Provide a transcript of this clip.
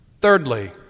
Thirdly